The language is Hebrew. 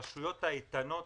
הרשויות האיתנות